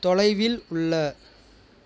தொலைவில் உள்ள